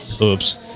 Oops